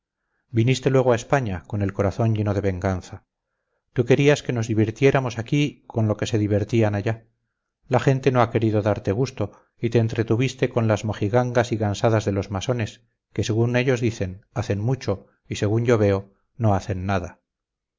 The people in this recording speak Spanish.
viniste luego a españa con el corazón lleno de venganza tú querías que nos divirtiéramos aquí con lo que se divertían allá la gente no ha querido darte gusto y te entretuviste con las mojigangas y gansadas de los masones que según ellos dicen hacen mucho y según yo veo no hacen nada